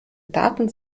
daten